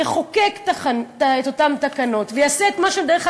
יחוקק את אותן תקנות ויעשה את מה שהוא התחייב לו,